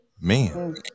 Man